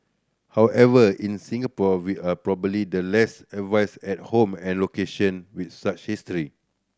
however in Singapore we are probably the less averse at home and location with such history